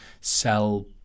sell